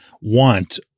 want